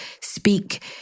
speak